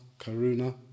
karuna